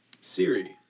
Siri